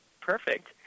Perfect